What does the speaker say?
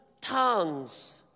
tongues